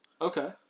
Okay